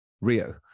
Rio